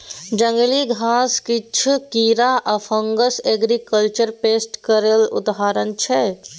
जंगली घास, किछ कीरा आ फंगस एग्रीकल्चर पेस्ट केर उदाहरण छै